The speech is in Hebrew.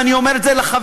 ואני אומר את זה לחברי,